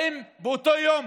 האם באותו יום